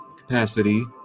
capacity